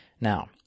Now